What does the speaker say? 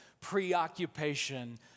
preoccupation